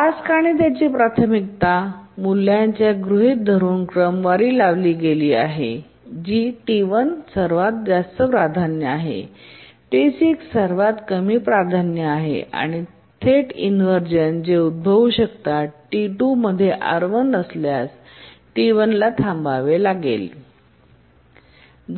task त्यांची प्राथमिकता मूल्यांच्या गृहीत धरून क्रमवारी लावली गेली आहेत जी T1ही सर्वात जास्त प्राधान्य आहे आणि T6 सर्वात कमी प्राधान्य आहे आणि थेट इन्व्हरझन जे उद्भवू शकतात T2मध्ये R1 असल्यास T1ला थांबावे लागेल